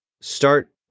start